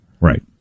Right